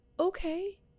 okay